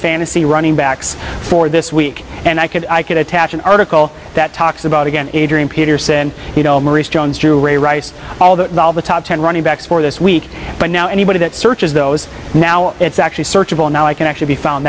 fantasy running backs for this week and i could i could attach an article that talks about again adrian peterson ray rice all the top ten running backs for this week but now anybody that searches those now it's actually searchable now i can actually be found